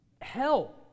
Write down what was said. hell